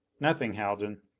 nothing, haljan.